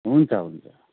हुन्छ हुन्छ